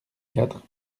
quatre